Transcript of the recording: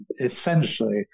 Essentially